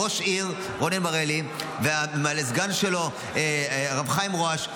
ראש העיר רונן מרלי והסגן שלו הרב חיים רואש,